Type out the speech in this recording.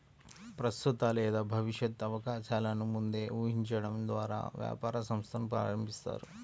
ప్రస్తుత లేదా భవిష్యత్తు అవకాశాలను ముందే ఊహించడం ద్వారా వ్యాపార సంస్థను ప్రారంభిస్తారు